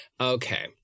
Okay